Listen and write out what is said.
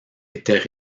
étaient